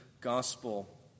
gospel